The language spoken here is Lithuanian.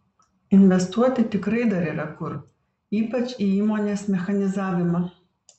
investuoti tikrai dar yra kur ypač į įmonės mechanizavimą